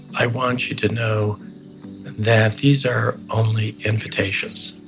i want you to know that these are only invitations,